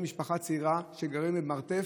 משפחה צעירה שגרים במרתף.